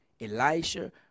Elisha